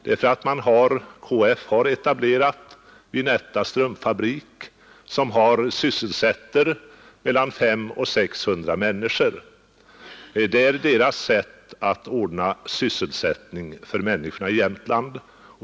KF har nämligen där etablerat Vinettas strumpfabrik som sysselsätter mellan 500 och 600 personer. Det är konsumentkooperationens sätt att ordna sysselsättning för människorna i Jämtland.